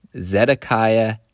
Zedekiah